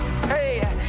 Hey